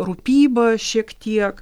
rūpyba šiek tiek